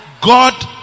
God